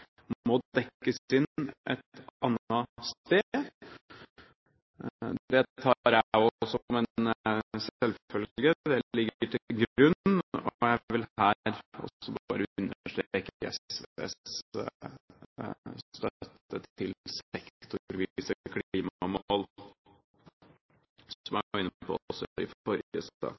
må dekkes inn et annet sted. Det tar jeg som en selvfølge. Det ligger til grunn. Jeg vil her bare understreke SVs støtte til sektorvise klimamål, som jeg var inne på også i forrige sak. Det andre er at det